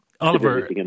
Oliver